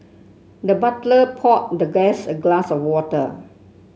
the butler poured the guest a glass of water